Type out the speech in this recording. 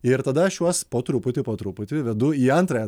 ir tada aš juos po truputį po truputį vedu į antrąją